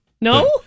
No